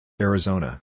Arizona